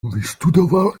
vystudoval